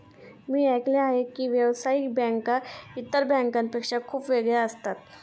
मी ऐकले आहे की व्यावसायिक बँका इतर बँकांपेक्षा खूप वेगळ्या असतात